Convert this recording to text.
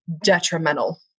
detrimental